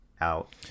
out